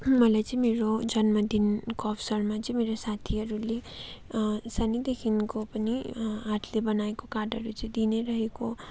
मलाई चाहिँ मेरो जन्मदिनको अवसरमा चाहिँ मेरो साथीहरूले सानैदेखिको पनि हातले बनाएको कार्डहरू चाहिँ दिई नै रहेको